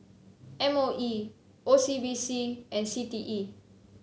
M O E O C B C and C T E